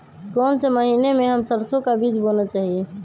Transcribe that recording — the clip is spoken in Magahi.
कौन से महीने में हम सरसो का बीज बोना चाहिए?